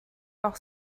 auch